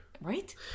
Right